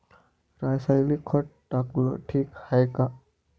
रासायनिक खत टाकनं ठीक हाये का?